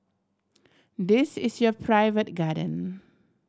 this is your private garden